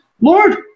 Lord